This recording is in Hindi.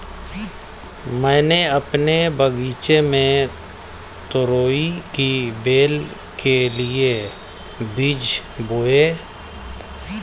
मैंने अपने बगीचे में तुरई की बेल के लिए बीज बोए